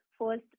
first